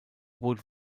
boot